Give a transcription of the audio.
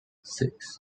six